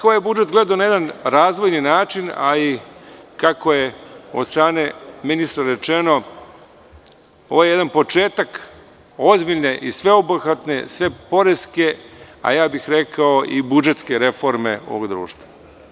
Ovaj budžet bih gledao na jedan razvojni način, a i kako je od strane ministra rečeno, ovo je jedan početak ozbiljne i sveobuhvatne poreske, a rekao bih i budžetske reforme ovog društva.